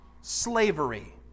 slavery